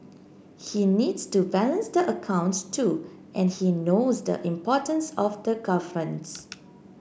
he needs to balance the accounts too and he knows the importance of governance